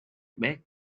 back